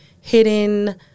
hidden